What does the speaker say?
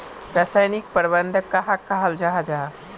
रासायनिक प्रबंधन कहाक कहाल जाहा जाहा?